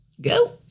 go